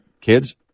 Kids